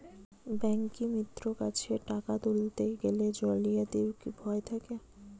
ব্যাঙ্কিমিত্র কাছে টাকা তুলতে গেলে কি জালিয়াতির ভয় থাকে?